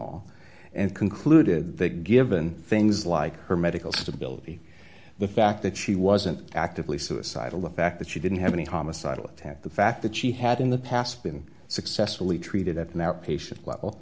all and concluded that given things like her medical stability the fact that she wasn't actively suicidal the fact that she didn't have any homicidal attack the fact that she had in the past been successfully treated at an outpatient level